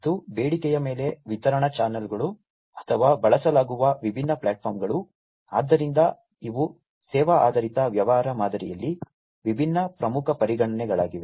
ಮತ್ತು ಬೇಡಿಕೆಯ ಮೇಲೆ ವಿತರಣಾ ಚಾನಲ್ಗಳು ಅಥವಾ ಬಳಸಲಾಗುವ ವಿಭಿನ್ನ ಪ್ಲಾಟ್ಫಾರ್ಮ್ಗಳು ಆದ್ದರಿಂದ ಇವು ಸೇವಾ ಆಧಾರಿತ ವ್ಯವಹಾರ ಮಾದರಿಯಲ್ಲಿ ವಿಭಿನ್ನ ಪ್ರಮುಖ ಪರಿಗಣನೆಗಳಾಗಿವೆ